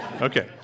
Okay